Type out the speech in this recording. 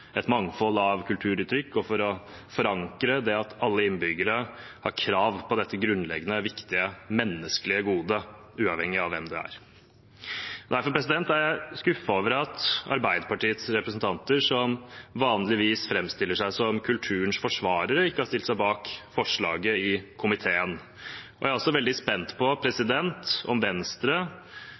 et mangfold av kulturuttrykk, og for å forankre det at alle innbyggere har krav på dette grunnleggende, viktige menneskelige godet, uavhengig av hvem de er. Derfor er jeg skuffet over at Arbeiderpartiets representanter, som vanligvis framstiller seg som kulturens forsvarere, ikke har stilt seg bak forslaget i komiteen. Jeg er også veldig spent på om Venstre,